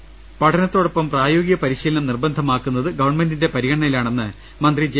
professional കോഴ് സുകളിൽ പഠനത്തോടൊപ്പം പ്രായോഗിക പരിശീലനം നിർബന്ധമാക്കുന്നത് ഗവൺമെന്റിന്റെ പരിഗണനയിലാണെന്ന് മന്ത്രി ജെ